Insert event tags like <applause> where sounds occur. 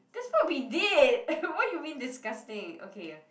that's what we did <laughs> what you mean disgusting okay